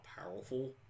powerful